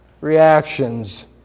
Reactions